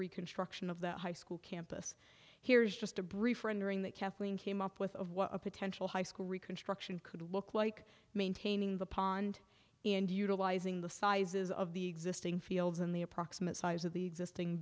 reconstruction of the high school campus here's just a brief rendering that kathleen came up with of what a potential high school reconstruction could look like maintaining the pond and utilizing the sizes of the existing fields and the approximate size of the existing